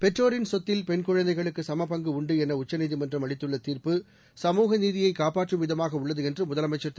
பெற்றோரின் சொத்தில் பெண் குழந்தைகளுக்கும் சமபங்கு உண்டு என உச்சநீதிமன்றம் அளித்துள்ள தீர்ப்பு சமூகநீதியை காப்பாற்றும் விதமாக உள்ளது என்று முதலமைச்சர் திரு